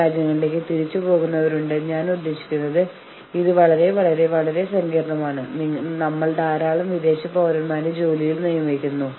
ദയവായി ചില അടിസ്ഥാന നിയമങ്ങൾ സ്ഥാപിക്കുക അതിനാൽ പൂർണ്ണമായും യുക്തിയുടെ അടിസ്ഥാനത്തിൽ ഈ വിഷയങ്ങൾ കൈകാര്യം ചെയ്യുക